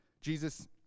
Jesus